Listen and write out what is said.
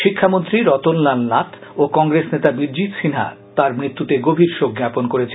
শিক্ষামন্ত্রী রতন লাল নাথ ও কংগ্রেস নেতা বীরজিৎ সিনহা তাঁর মৃত্যুতে গভীর শোক জ্ঞাপন করেছেন